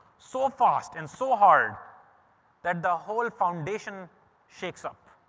so fast and so hard that the whole foundation shakes up.